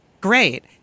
great